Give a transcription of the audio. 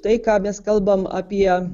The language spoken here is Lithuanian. tai ką mes kalbam apie